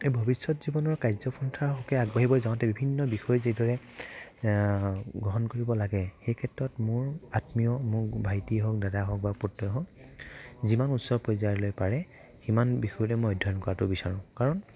এই ভৱিষ্যত জীৱনৰ কাৰ্যপন্থাৰ হকে আগবাঢ়িব যাওঁতে বিভিন্ন বিষয় যিদৰে গ্ৰহণ কৰিব লাগে সেই ক্ষেত্ৰত মোৰ আত্মীয় মোৰ ভাইটি হওক দাদা হওক বা পুত্ৰই হওক যিমান উচ্চ পৰ্যায়লৈ পাৰে সিমান বিষয়লৈ মই অধ্যয়ন কৰাতো বিচাৰোঁ কাৰণ